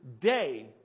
day